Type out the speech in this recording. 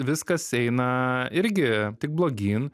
viskas eina irgi tik blogyn